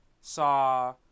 saw